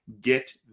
get